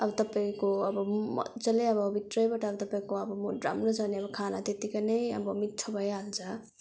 अब तपाईँको अब मजाले अब भित्रैबाट तपाईँको अब मुड राम्रो छ भने खाना त्यतिकै नै अब मिठो भइहाल्छ